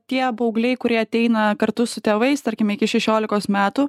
tie paaugliai kurie ateina kartu su tėvais tarkime iki šešiolikos metų